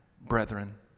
brethren